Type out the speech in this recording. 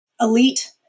elite